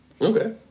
Okay